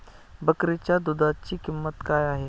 बकरीच्या दूधाची किंमत काय आहे?